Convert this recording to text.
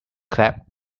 clap